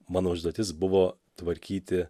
mano užduotis buvo tvarkyti